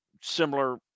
similar